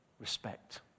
respect